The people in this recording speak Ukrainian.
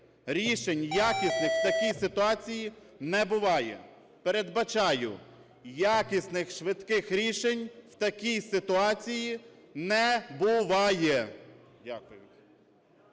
рішень і якісних в такій ситуації не буває. Передбачаю: якісних швидких рішень в такій ситуації не буває.